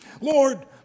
Lord